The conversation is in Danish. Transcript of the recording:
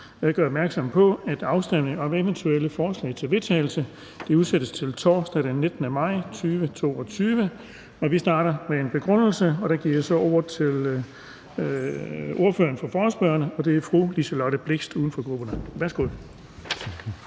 Jeg gør opmærksom på, at afstemning om eventuelle forslag til vedtagelse udsættes til torsdag den 19. maj 2022. Vi starter med en begrundelse, og for den giver jeg så ordet til ordføreren for forespørgerne, og det er fru Liselott Blixt, uden for grupperne. Værsgo.